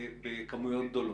בכמויות גדולות,